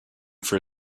for